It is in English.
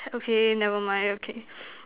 okay never mind okay